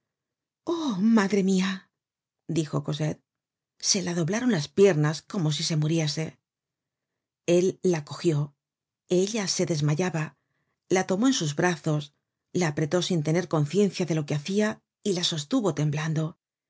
madre mia dijo cosette se la doblaron las piernas como si se muriese él la cogió ella se desmayaba la tomó en sus brazos la apretó sin tener conciencia de lo que hacia y la sostuvo temblando